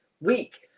week